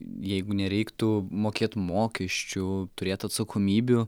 jeigu nereiktų mokėt mokesčių turėt atsakomybių